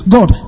God